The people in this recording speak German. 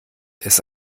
ist